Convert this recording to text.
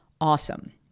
awesome